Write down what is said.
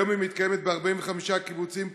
כיום היא מתקיימת ב-45 קיבוצים,